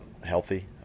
healthy